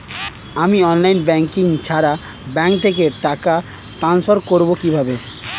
আমি online banking ছাড়া bank থেকে টাকা ট্রান্সফার করবো কিভাবে?